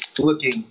looking